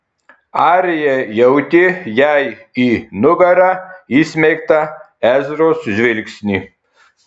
arija jautė jai į nugarą įsmeigtą ezros žvilgsnį